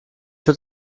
wird